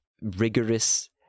rigorous